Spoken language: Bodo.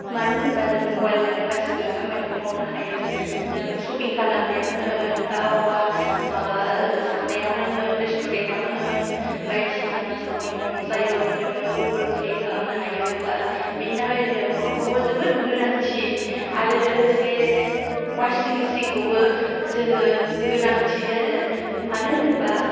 मानो होनबा जों मबाइजोंनो गासिबो खामानिखौ मावनो हायो नों सपिं खालामनायावनो होन बा अबावबा माबा जानायावनो होन रेस्थुरेन्तआवनो होन बायदिसिना नों सावमिन मम' जायोबाबो नोङो गुगोल पे खालामनो हायो बा बेनि थाखाय जोंनो फनखौबो जोबोद गोनांथि आरो लोगोसे अवासिं मेसिन खौबो जोङो गोनांथि आरो मानो होनोबा